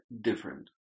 different